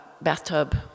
bathtub